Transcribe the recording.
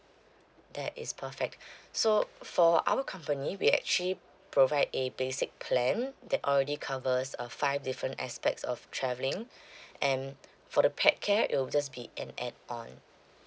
that is perfect so for our company we actually provide a basic plan that already covers uh five different aspects of travelling and for the pet care it will just be an add on